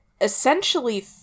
essentially